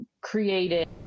created